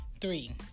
Three